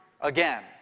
Again